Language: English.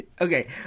Okay